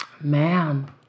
man